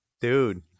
Dude